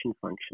function